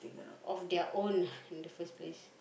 of their own in the first place